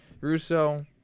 Russo